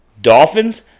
Dolphins